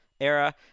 era